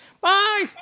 Bye